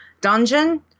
dungeon